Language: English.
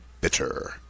Bitter